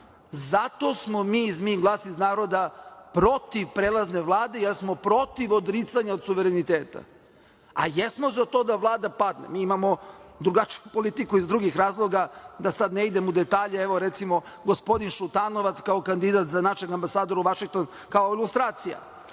dali. Zato smo mi iz Mi-Glas iz naroda protiv prelazne vlade, jer smo protiv odricanja od suvereniteta, a jesmo za to da Vlada padne. Mi imamo drugačiju politiku iz drugih razloga, da sada ne idem u detalje, evo recimo gospodin Šutanovac, kao kandidat za našeg ambasadora u Vašington, kao ilustracija,